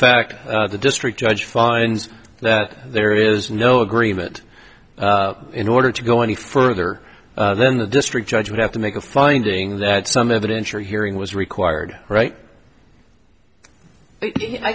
fact the district judge finds that there is no agreement in order to go any further then the district judge would have to make a finding that some evidence or hearing was required right i